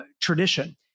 tradition